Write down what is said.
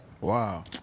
wow